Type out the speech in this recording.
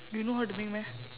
you know how to make meh